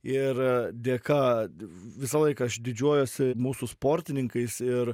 ir dėka visą laiką aš didžiuojuosi mūsų sportininkais ir